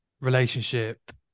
relationship